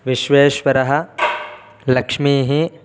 विश्वेश्वरः लक्ष्मीः